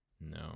No